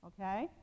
okay